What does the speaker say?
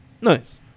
Nice